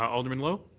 um alderman lowe?